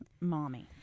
Mommy